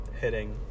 hitting